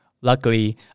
Luckily